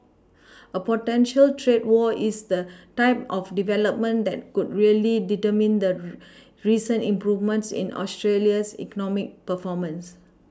a potential trade war is the type of development that could really undermine the recent improvement in Australia's economic performance